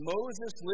Moses